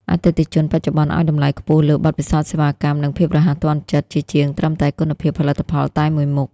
អតិថិជនបច្ចុប្បន្នឱ្យតម្លៃខ្ពស់លើ "បទពិសោធន៍សេវាកម្ម" និង "ភាពរហ័សទាន់ចិត្ត" ជាជាងត្រឹមតែគុណភាពផលិតផលតែមួយមុខ។